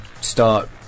start